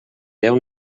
déu